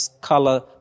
color